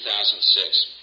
2006